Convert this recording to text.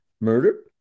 murder